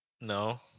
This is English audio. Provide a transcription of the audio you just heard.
No